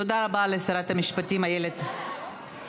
תודה רבה לשרת המשפטים איילת שקד.